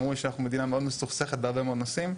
אומרים שאנחנו מדינה מאוד מסוכסכת בהמון נושאים,